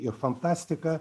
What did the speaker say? ir fantastika